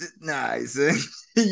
Nice